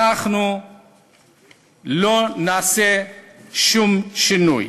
אנחנו לא נעשה שום שינוי.